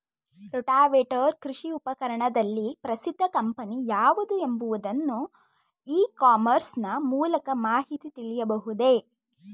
Rotavator ಕೃಷಿ ಉಪಕರಣದಲ್ಲಿ ಪ್ರಸಿದ್ದ ಕಂಪನಿ ಯಾವುದು ಎಂಬುದನ್ನು ಇ ಕಾಮರ್ಸ್ ನ ಮೂಲಕ ಮಾಹಿತಿ ತಿಳಿಯಬಹುದೇ?